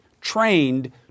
trained